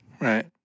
right